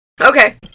Okay